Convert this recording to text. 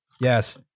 Yes